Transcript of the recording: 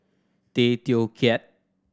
Tay Teow Kiat